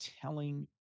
telling